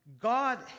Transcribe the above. God